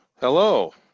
Hello